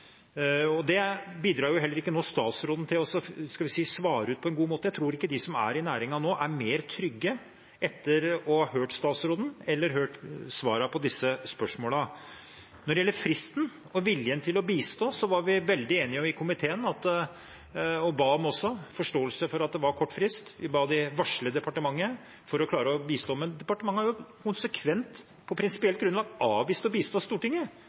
fremmet. Det bidrar heller ikke statsråden til å svare ut på en god måte. Jeg tror ikke de som er i næringen nå, er mer trygge etter å ha hørt statsråden eller hørt svarene på disse spørsmålene. Når det gjelder fristen og viljen til å bistå, var vi veldig enige i komiteen, og vi ba om forståelse for at det var kort frist. Vi ba om å varsle departementet for å klare å bistå, men departementet har konsekvent på prinsipielt grunnlag avvist å bistå Stortinget.